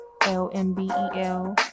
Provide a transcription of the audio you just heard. L-M-B-E-L